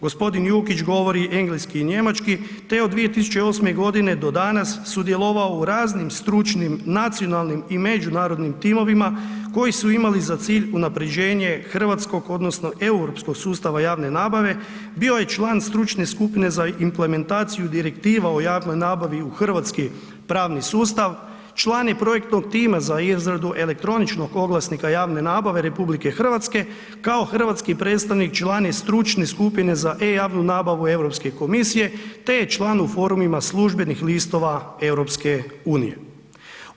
G. Jukić govori engleski i njemački te je od 2008. do danas sudjelovao u raznim stručnim nacionalnim i međunarodnim timovima koji su ima li za cilj unaprjeđenje hrvatskog odnosno europskog sustava javne nabave, bio je član stručne sa implementaciju direktiva o javnoj nabavi u hrvatski pravni sustav, član je projektnog tima za izradu elektroničnog oglasnika javne nabave RH, kao hrvatski predstavnik član je stručne skupine za e-javnu nabavu Europske komisije te je član u forumima službenih listova EU-a.